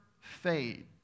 fade